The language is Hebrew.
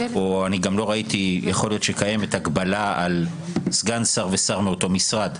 יכול להיות שקיימת הגבלה על סגן שר ושר מאותו משרד.